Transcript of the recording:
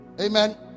Amen